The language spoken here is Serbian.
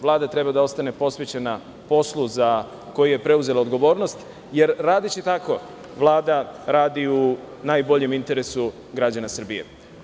Vlada treba da ostane posvećena poslu za koji je preuzela odgovornost, jer radeći tako Vlada radi u najboljem interesu građana Srbije.